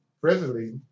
presently